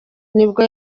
nibwo